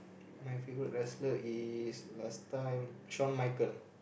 my favourite wrestler is last time Shaun-Michaels